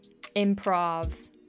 improv